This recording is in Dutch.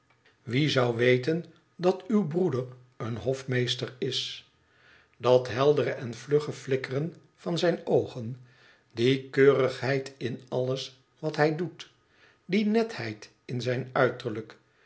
wie zou weten dat uw broeder een hofmeester is dat heldere en vlugge flikkeren van zijn oog die keurigheid in alles wat hij doet die netheid in zijn uiterlijk